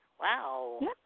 Wow